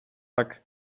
tak